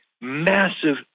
massive